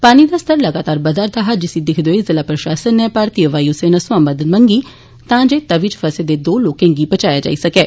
पानी दा स्तर लगातार बदा रदा हा जिसी दिक्खदे होई जिला प्रशासन नै भारतीय वायू सेना सोयां मदद मंगी तां जे तवि च फसे दो लोके गी बचाया जाई सकै